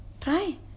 Try